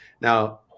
Now